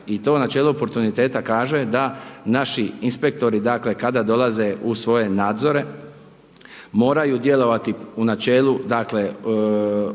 I to načelo portuniteta kaže da naši inspektori, dakle, kada dolaze u svoje nadzore moraju djelovati u načelu, dakle,